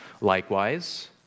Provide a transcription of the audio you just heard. likewise